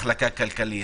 מחלקה כלכלית,